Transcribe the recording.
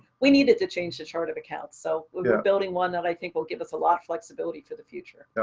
we needed to change the chart of accounts. so we're building one that i think will give us a lot of flexibility for the future.